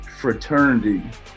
fraternity